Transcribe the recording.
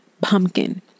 pumpkin